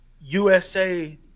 USA